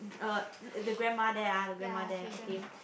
uh the grandma there ah the grandma there okay